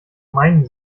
meinen